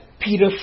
Peter